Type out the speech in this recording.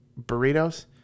burritos